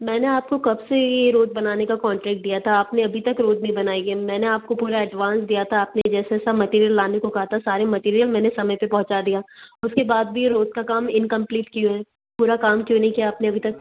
मैंने आपको कब से ये रोड बनाने का कॉन्ट्रैक्ट दिया था आपने अभी तक रोड नहीं बनाई है मैंने आपको पूरा एडवांस दिया था आपने जैसा जैसा मैटीरियल लाने को कहा था सारे मैटीरियल मैंने समय पर पहुँचा दिया उसके बाद भी ये रोड का काम इनकंप्लीट क्यों है पूरा काम क्यों नहीं किया आपने अभी तक